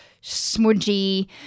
smudgy